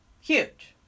huge